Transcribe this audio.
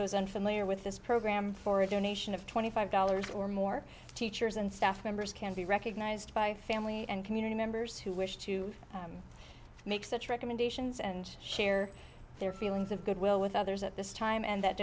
those unfamiliar with this program for a donation of twenty five dollars or more teachers and staff members can be recognized by family and community members who wish to make such recommendations and share their feelings of goodwill with others at this time and that